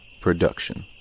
Production